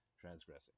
transgressing